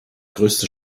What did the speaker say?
größte